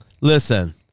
Listen